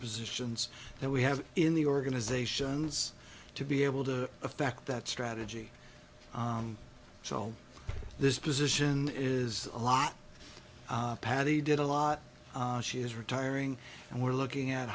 positions that we have in the organizations to be able to effect that strategy so this position is a lot patty did a lot she is retiring and we're looking at